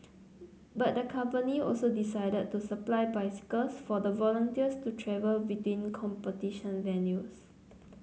but the company also decided to supply bicycles for the volunteers to travel between competition venues